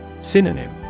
Synonym